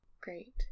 Great